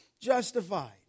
Justified